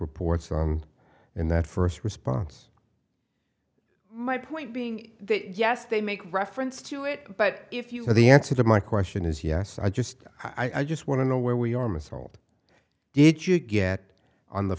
reports on in that first response my point being yes they make reference to it but if you have the answer to my question is yes i just i just want to know where we are mis hold did you get on the